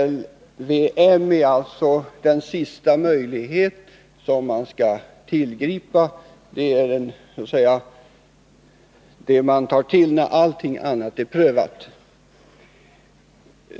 LVM är alltså den sista möjlighet man skall tillgripa, det är den man tar till då allt annat har prövats.